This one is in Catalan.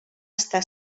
estar